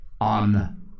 On